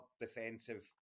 defensive